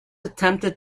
attempted